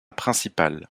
principal